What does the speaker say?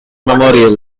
memorial